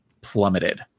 plummeted